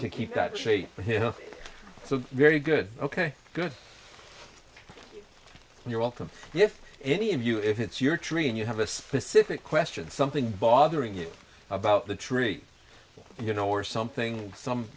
to keep that shape but here it's a very good ok good you're welcome if any of you if it's your tree and you have a specific question something bothering you about the tree you know or something some